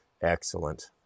excellent